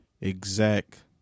exact